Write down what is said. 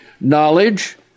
knowledge